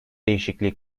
değişikliği